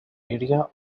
area